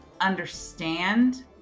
understand